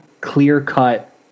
clear-cut